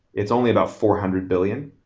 it's only about four hundred billion